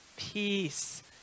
Peace